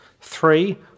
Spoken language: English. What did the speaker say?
Three